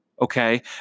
okay